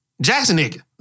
Jackson